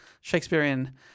Shakespearean